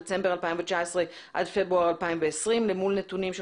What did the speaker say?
דצמבר 2019-פברואר 2020 אל מול נתונים של